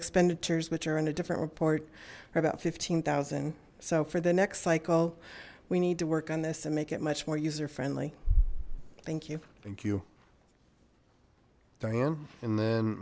expenditures which are in a different report are about fifteen zero so for the next cycle we need to work on this and make it much more user friendly thank you thank you diane and then